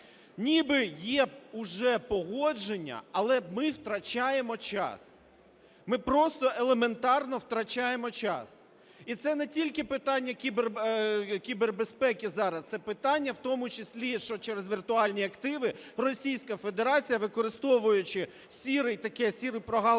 Ніби є уже погодження. Але ми втрачаємо час. Ми просто елементарно втрачаємо час. І це не тільки питання кібербезпеки зараз, це питання в тому числі, що через віртуальні активи Російська Федерація, використовуючи сірий,